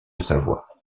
savoie